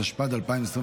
התשפ"ד 2024,